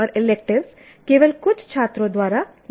और इलेक्टिव्स केवल कुछ छात्रों द्वारा लिया जाता है